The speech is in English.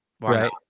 Right